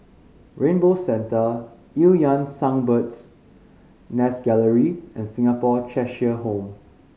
Rainbow Centre Eu Yan Sang Bird's Nest Gallery and Singapore Cheshire Home